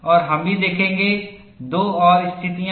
और हम भी देखेंगे दो और स्थितियाँ